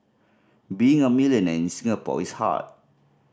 being a millionaire in Singapore is hard